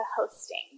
Hosting